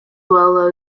well